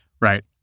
Right